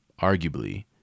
arguably